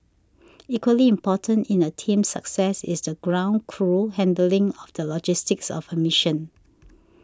equally important in a team's success is the ground crew handling of the logistics of a mission